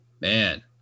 man